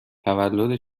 تولد